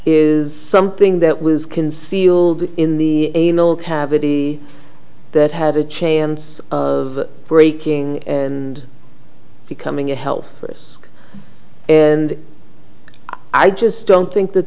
is something that was concealed in the anal cavity that had a chance of breaking and becoming a health risk and i just don't think that